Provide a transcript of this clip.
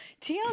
TLC